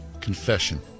Confession